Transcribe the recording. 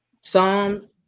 Psalm